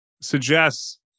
suggests